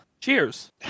cheers